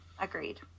agreed